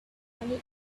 money